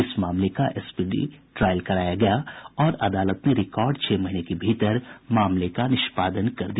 इस मामले का स्पीडी ट्रायल कराया गया और अदालत ने रिकार्ड छह महीने के भीतर मामले का निष्पादन कर दिया